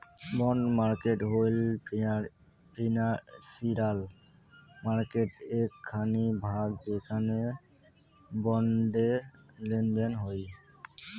bond market হই financial মার্কেটের এক খানি ভাগ যেখানে বন্ডের লেনদেন হই